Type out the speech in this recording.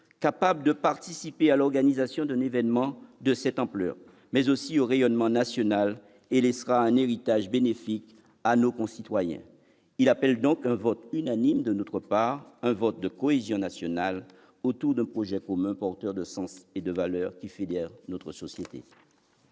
capables de participer à l'organisation d'un événement de cette ampleur, qui contribuera au rayonnement national et laissera un héritage bénéfique à nos concitoyens. Il appelle donc un vote unanime de notre part, un vote de cohésion nationale autour d'un projet commun, porteur de sens et de valeurs qui fédèrent notre société.